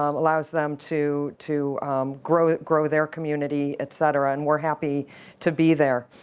um allows them to to grow grow their community, etcetera. and we're happy to be there.